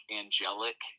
angelic